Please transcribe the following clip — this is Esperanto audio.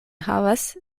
havas